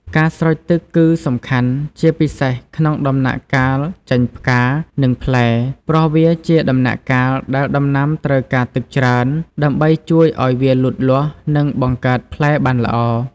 ការស្រោចទឹកគឺសំខាន់ជាពិសេសក្នុងដំណាក់កាលចេញផ្កា និងផ្លែ ព្រោះវាជាដំណាក់កាលដែលដំណាំត្រូវការទឹកច្រើនដើម្បីជួយឲ្យវាលូតលាស់ និងបង្កើតផ្លែបានល្អ។